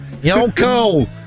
Yoko